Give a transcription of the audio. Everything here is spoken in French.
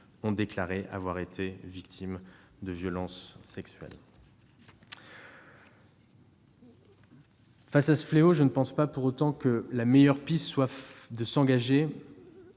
ont déclaré avoir été victimes de violences sexuelles. Face à ce fléau, je ne pense pas que la meilleure piste soit de s'engager